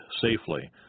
safely